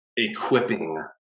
Equipping